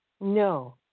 No